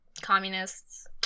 communists